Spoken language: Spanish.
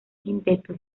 quinteto